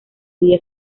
huye